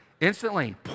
Instantly